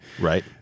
Right